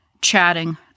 chatting